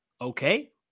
okay